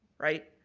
right?